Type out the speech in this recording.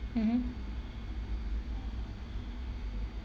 mmhmm